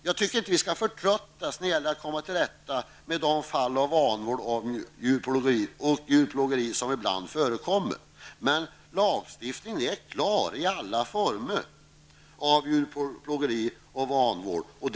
Jag tycker inte att vi skall förtröttas när det gäller att komma till rätta med de fall av vanvård och djurplågeri som ibland förekommer, men lagstiftningen är klar i fråga om alla former av djurplågeri och vanvård.